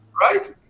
right